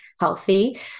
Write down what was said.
healthy